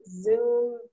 Zoom